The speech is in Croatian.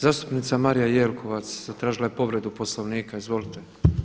Zastupnica Marija Jelkovac, zatražila je povredu Poslovnika, izvolite.